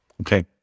okay